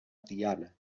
tiana